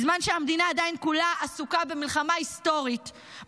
בזמן שהמדינה כולה עדיין עסוקה במלחמה היסטורית,